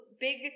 Big